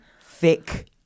thick